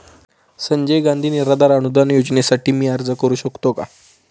संजय गांधी निराधार अनुदान योजनेसाठी मी अर्ज करू शकतो का?